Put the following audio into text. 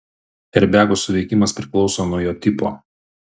airbego suveikimas priklauso nuo jo tipo